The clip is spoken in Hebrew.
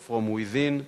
from Within,